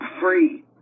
free